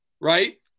right